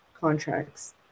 contracts